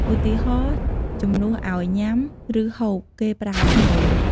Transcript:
ឧទាហរណ៍ ជំនួសឲ្យ ញ៉ាំ ឬ ហូប គេប្រើ សោយ។